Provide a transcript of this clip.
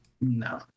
No